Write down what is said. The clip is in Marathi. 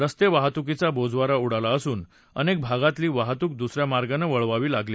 रस्ते वाहतूकीचा बोजवारा उडाला असून अनेक भागातली वाहतूक दुसऱ्या मार्गानं वळवावी लागली